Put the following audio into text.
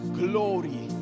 glory